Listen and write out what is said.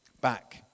back